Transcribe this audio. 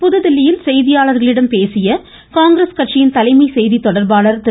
புதுதில்லியில் செய்தியாளர்களிடம் பேசிய காங்கிரஸ் கட்சியின் தலைமை செய்தி தொடர்பாளர் திரு